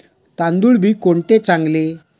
तांदूळ बी कोणते चांगले?